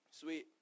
Sweet